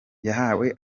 yahawe